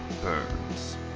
Burns